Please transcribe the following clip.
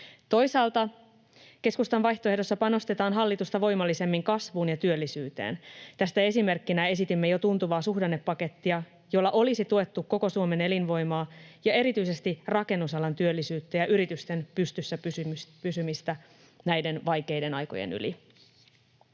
Toisaalta keskustan vaihtoehdossa panostetaan hallitusta voimallisemmin kasvuun ja työllisyyteen. Tästä esimerkkinä esitimme jo tuntuvaa suhdannepakettia, jolla olisi tuettu koko Suomen elinvoimaa ja erityisesti rakennusalan työllisyyttä ja yritysten pystyssä pysymistä näiden vaikeiden aikojen yli.